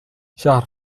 شهر